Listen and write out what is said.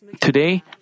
Today